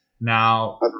Now